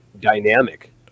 dynamic